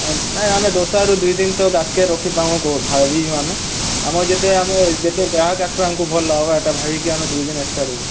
ହଁ ନାଇଁ ଆମେ ଦଶ୍ରାରୁ ଦୁଇ ଦିନ୍ ତକ୍ ଆଗ୍କେ ରଖିପାର୍ମୁ ଭାବିଛୁଁ ଆମେ ଆମର୍ ଯେତେ ଆମର୍ ଯେତେ ଗ୍ରାହକ୍ ଆସ୍ଲେ ଆମ୍କୁ ଭଲ୍ ଲାଗ୍ବା ହେଟା ଭାବିକି ଆମେ ଦୁଇ ଦିନ୍ ଏକ୍ସଟ୍ରା ରଖିଛୁଁ